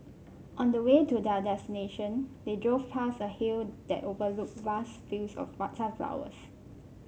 on the way to their destination they drove past a hill that overlooked vast fields of flowers